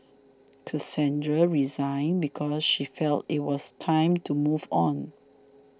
Cassandra resigned because she felt it was time to move on